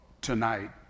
tonight